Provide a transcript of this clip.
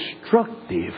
destructive